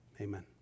Amen